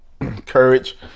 courage